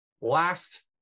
last